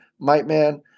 Mightman